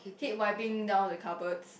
hate wiping down the cupboards